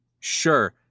sure